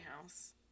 house